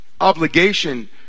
obligation